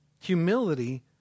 Humility